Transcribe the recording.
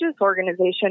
organization